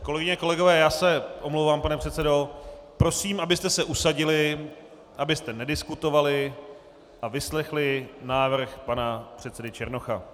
Kolegyně a kolegové já se omlouvám, pane předsedo , prosím, abyste se usadili, abyste nediskutovali a vyslechli návrh pana předsedy Černocha.